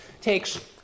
takes